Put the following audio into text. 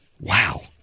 Wow